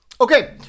Okay